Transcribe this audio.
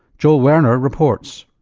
joel werner reports.